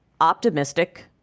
optimistic